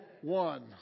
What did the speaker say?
one